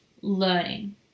learning